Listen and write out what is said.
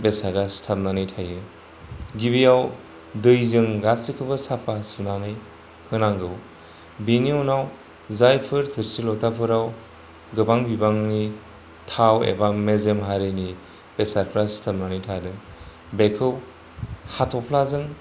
बेसादा सिथाबनानै थायो गिबियाव दैजों गासिखौबो साफा सुनानै होनांगौ बेनि उनाव जायफोर थोरसि लथाफोराव गोबां बिबांनि थाव एबा मेजेम हारिनि बेसादफ्रा सिथाबनानै थादों बेखौ हाथ'फ्लाजों